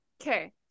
Okay